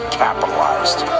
capitalized